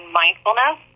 mindfulness